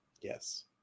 Yes